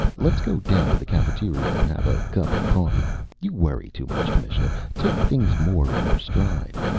let's go down to the cafeteria and have a cup of coffee. you worry too much, commissioner. take things more in your stride.